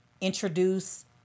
introduce